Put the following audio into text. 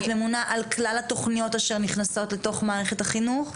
את ממונה על כלל התוכניות אשר נכנסות לתוך מערכת החינוך?